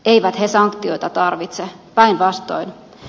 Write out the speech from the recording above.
eivät he sanktioita tarvitse päinvastoin